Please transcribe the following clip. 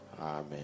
amen